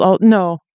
No